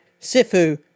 Sifu